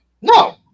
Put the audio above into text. No